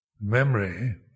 memory